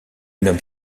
nomme